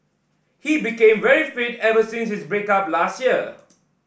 he became very fit ever since his break up last year